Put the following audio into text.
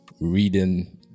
reading